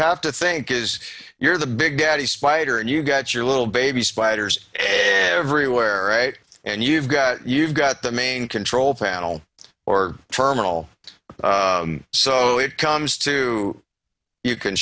have to think is you're the big daddy spider and you've got your little baby spiders everywhere right and you've got you've got the main control panel or terminal so it comes to you c